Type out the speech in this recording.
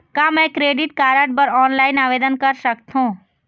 का मैं credit card बर ऑनलाइन आवेदन कर सकथों?